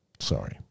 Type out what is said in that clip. Sorry